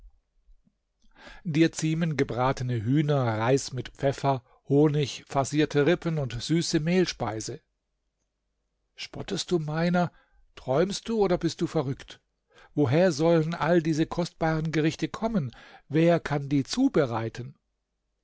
dir ziemen gebratene hühner reis mit pfeffer honig farcierte rippen und süße mehlspeise spottest du meiner träumst du oder bist du verrückt woher sollen alle diese kostbaren gerichte kommen wer kann die zubereiten